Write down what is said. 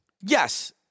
Yes